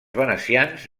venecians